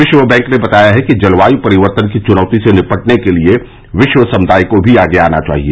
विश्व बैंक ने बताया है कि जलवायु परिवर्तन की चुनौती से निपटने के लिए विश्व समुदाय को भी आगे आना चाहिए